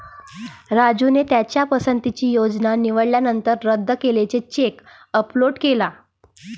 राजूने त्याच्या पसंतीची योजना निवडल्यानंतर रद्द केलेला चेक अपलोड केला